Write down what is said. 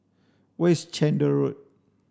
where is Chander Road